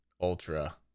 ultra